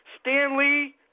Stanley